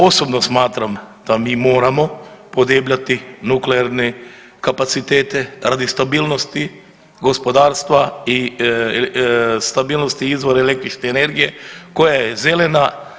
Osobno smatram da mi moramo podebljati nuklearne kapacitete radi stabilnosti gospodarstva i stabilnosti izvora električne energije koja je zelena.